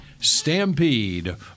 stampede